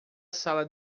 sala